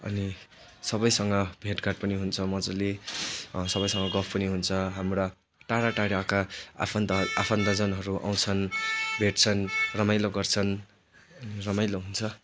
अनि सबैसँग भेटघाट पनि हुन्छ मजाले सबैसँग गफ पनि हुन्छ हाम्रा टाढा टाढाका आफन्त आफन्तजनहरू आउँछन् भेटछन् रमाइलो गर्छन् रमाइलो हुन्छ